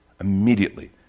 immediately